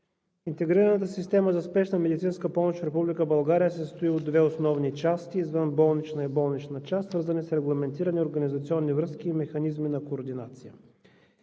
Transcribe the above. интегрираната система за спешна медицинска помощ в Република България се състои от две основни части – извънболнична и болнична част, свързани с регламентирани организационни връзки и механизми за координация.